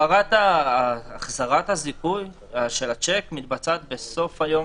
החזרת זיכוי השיק מתבצעת בסוף יום